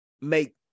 make